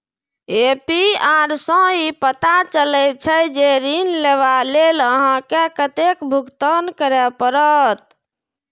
APR सं ई पता चलै छै, जे ऋण लेबा लेल अहां के कतेक भुगतान करय पड़त